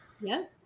Yes